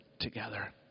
together